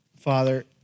Father